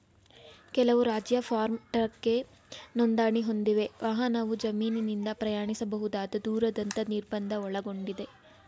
ಕೆಲವು ರಾಜ್ಯ ಫಾರ್ಮ್ ಟ್ರಕ್ಗೆ ನೋಂದಣಿ ಹೊಂದಿವೆ ವಾಹನವು ಜಮೀನಿಂದ ಪ್ರಯಾಣಿಸಬಹುದಾದ ದೂರದಂತ ನಿರ್ಬಂಧ ಒಳಗೊಂಡಿದೆ